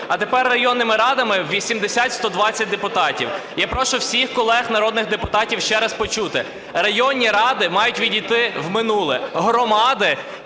а тепер районними радами в 80-120 депутатів. Я прошу всіх колег народних депутатів ще раз почути: районні ради мають відійти в минуле, громади,